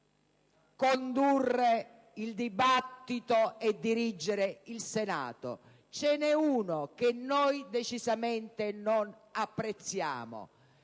condurre il dibattito e dirigere il Senato, e ce ne è uno che noi decisamente non apprezziamo: